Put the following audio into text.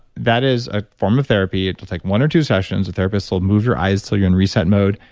that is a form of therapy. it will take one or two sessions. the therapist will move your eyes till you're in reset mode.